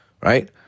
right